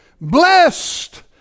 Blessed